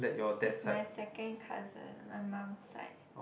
he is my second cousin my mom side